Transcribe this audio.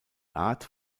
art